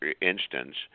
instance